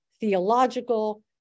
theological